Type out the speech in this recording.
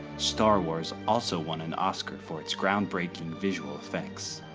star wars also won an oscar for its groundbreaking visual effects,